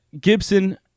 Gibson